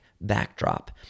backdrop